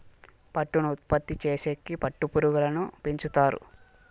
పట్టును ఉత్పత్తి చేసేకి పట్టు పురుగులను పెంచుతారు